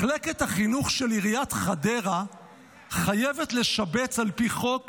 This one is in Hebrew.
מחלקת החינוך של עיריית חדרה חייבת לשבץ על פי חוק